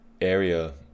area